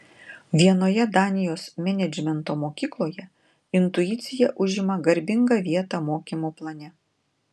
vienoje danijos menedžmento mokykloje intuicija užima garbingą vietą mokymo plane